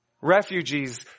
Refugees